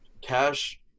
Cash